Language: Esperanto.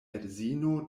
edzino